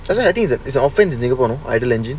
sometimes I think that is often to singapore idle engine